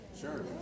Sure